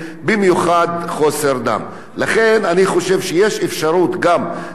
לכן אני חושב שיש אפשרות גם לערב את משרד הבריאות,